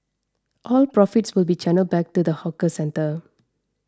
all profits will be channelled back to the hawker centre